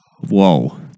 Whoa